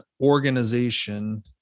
organization